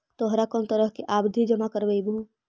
तोहरा कौन तरह के आवधि जमा करवइबू